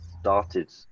started